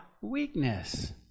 weakness